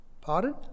Pardon